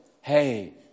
Hey